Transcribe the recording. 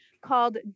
called